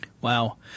Wow